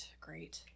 Great